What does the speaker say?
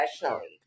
professionally